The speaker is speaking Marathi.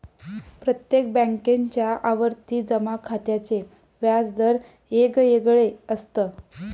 प्रत्येक बॅन्केच्या आवर्ती जमा खात्याचे व्याज दर येगयेगळे असत